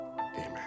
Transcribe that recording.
Amen